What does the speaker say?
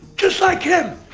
just like him.